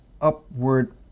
upward